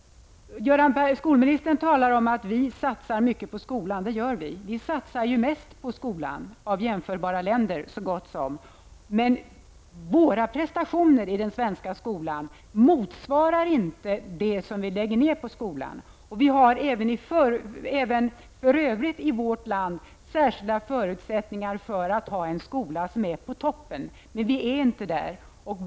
Skolministern talar om att vi satsar mycket på skolan. Det gör vi. Av jämförbara länder satsar vi mest på skolan. Men prestationerna i den svenska skolan motsvarar inte det som vi lägger ned på den. Vi har även i övrigt särskilda förutsättningar i vårt land för att ha en skola som är på topp. Men vi är inte där.